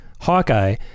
Hawkeye